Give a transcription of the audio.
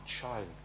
child